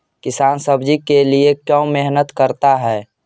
किसान सब्जी के लिए क्यों मेहनत करता है?